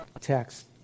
text